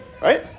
right